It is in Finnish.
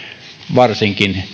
varsinkin